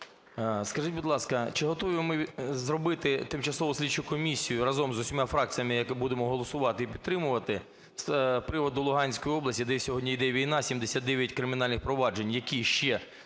Скажіть, будь ласка, чи готові ми зробити тимчасову слідчу комісію разом з усіма фракціями, якими будемо голосувати і підтримувати, з приводу Луганської області, де сьогодні іде війна, 79 кримінальних проваджень, які ще